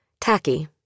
Tacky